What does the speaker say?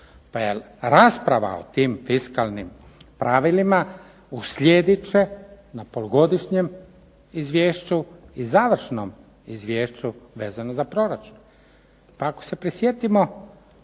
Pa jer rasprava o tim fiskalnim pravilima uslijedit će na polugodišnjem izvješću i završnom izvješću vezano za proračun. Pa ako se prisjetimo